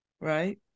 right